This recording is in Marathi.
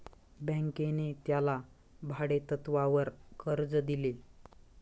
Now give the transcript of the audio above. बँकेने त्याला भाडेतत्वावर कर्ज दिले